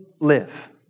live